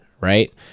right